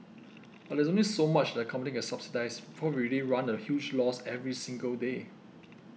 but there's only so much that the company can subsidise before we really run a huge loss every single day